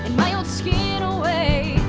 my old skin away,